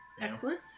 Excellent